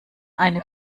eine